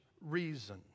reason